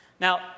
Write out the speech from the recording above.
Now